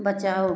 बचाओ